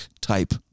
type